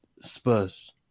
Spurs